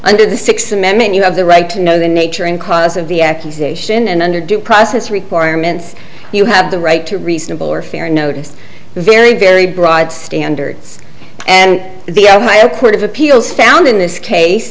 under the sixth amendment you have the right to know the nature and cause of the accusation and under due process requirements you have the right to reasonable or fair notice very very broad standards and the ohio court of appeals found in this case